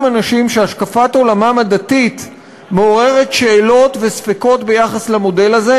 אנשים שהשקפת עולמם הדתית מעוררת שאלות וספקות ביחס למודל הזה,